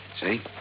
See